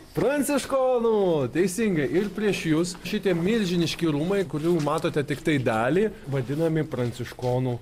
pranciškonų teisingai ir prieš jus šitie milžiniški rūmai kurių matote tiktai dalį vadinami pranciškonų